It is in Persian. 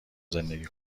زندگی